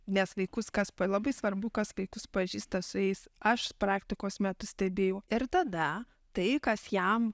nes vaikus kas labai svarbu kas vaikus pažįsta su jais aš praktikos metu stebėjau ir tada tai kas jam